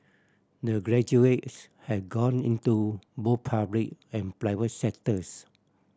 the graduates have gone into both public and private sectors